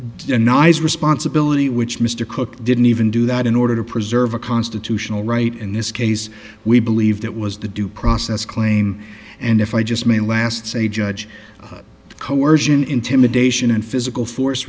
s responsibility which mr cook didn't even do that in order to preserve a constitutional right in this case we believe that was the due process claim and if i just mean last say judge coersion intimidation and physical force